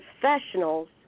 professionals